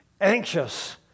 anxious